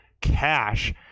cash